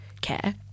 care